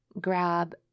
grab